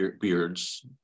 beards